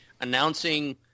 announcing